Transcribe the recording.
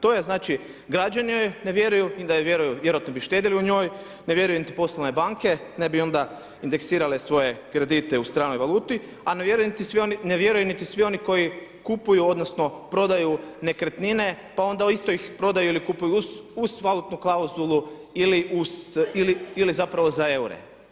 To je znači građani joj ne vjeruju jer da joj vjeruju vjerojatno bi štedjeli u njoj, ne vjeruju niti poslovne banke, ne bi onda indeksirale svoje kredite u stranoj valuti a ne vjeruju niti svi oni koji kupuju odnosno prodaju nekretnine pa onda isto ih prodaju ili kupuju uz valutnu klauzulu ili zapravo za eure.